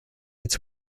its